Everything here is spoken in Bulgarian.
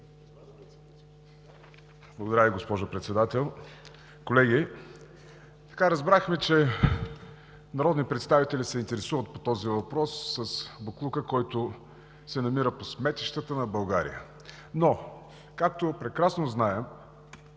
Благодаря Ви, госпожо Председател. Колеги, разбрахме, че народни представители се интересуват по този въпрос – за боклука, който се намира по сметищата на България. Но, както прекрасно знаем,